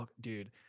dude